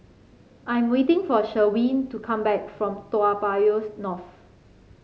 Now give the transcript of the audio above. I'm waiting for Sherwin to come back from Toa Payoh North